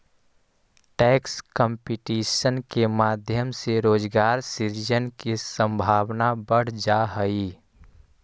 tax competition के माध्यम से रोजगार सृजन के संभावना बढ़ जा हई